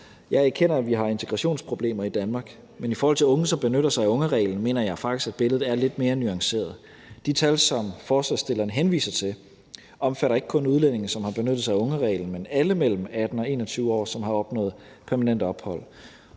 Jeg erkender, at vi har integrationsproblemer i Danmark, men i forhold til unge, som benytter sig af ungereglen, mener jeg faktisk at billedet er lidt mere nuanceret. De tal, som forslagsstillerne henviser til, omfatter ikke kun udlændinge, som har benyttet sig af ungereglen, men alle mellem 18 og 21 år, som har opnået permanent ophold.